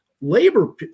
labor